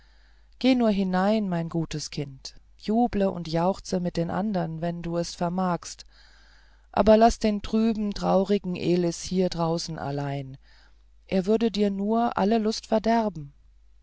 geh nur hinein mein gutes kind juble und jauchze mit den andern wenn du es vermagst aber laß den trüben traurigen elis hier draußen allein er würde dir nur alle lust verderben